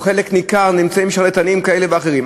או חלק ניכר שרלטנים כאלה ואחרים.